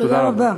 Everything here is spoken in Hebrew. תודה רבה.